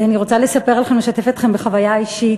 אני רוצה לשתף אתכם בחוויה אישית.